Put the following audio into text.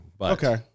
Okay